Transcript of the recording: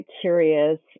curious